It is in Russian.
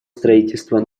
строительства